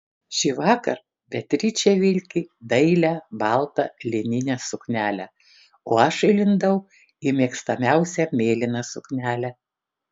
šįvakar beatričė vilki dailią baltą lininę suknelę o aš įlindau į mėgstamiausią mėlyną suknelę